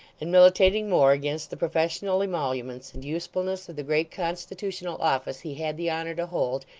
and militating more against the professional emoluments and usefulness of the great constitutional office he had the honour to hold,